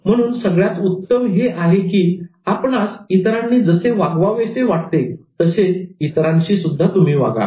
म्हणून सगळ्यात उत्तम हे की आपणास इतरांनी जसे वागवावेसे वाटते तसे इतरांशीही वागा